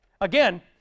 Again